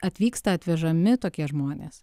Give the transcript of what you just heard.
atvyksta atvežami tokie žmonės